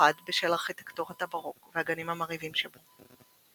מיוחד בשל ארכיטקטורת הבארוק והגנים המרהיבים שבו.